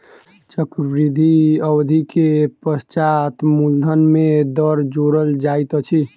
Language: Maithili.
चक्रवृद्धि अवधि के पश्चात मूलधन में दर जोड़ल जाइत अछि